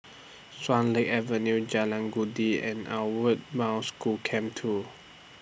Swan Lake Avenue Jalan and Outward Bound School Camp two